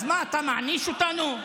אז מה, אתה מעניש אותנו?